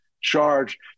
charge